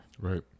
Right